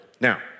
Now